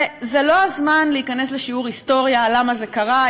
זה לא הזמן להיכנס לשיעור היסטוריה, למה זה קרה.